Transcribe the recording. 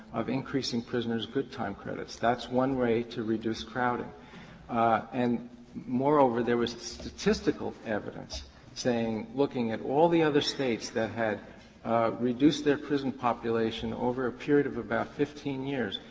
of increasing prisoner's good time credits. that's one way to reduce crowding and moreover, there was statistical evidence saying, looking at all the other states that had reduced their prison population over a period of about fifteen years,